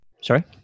Sorry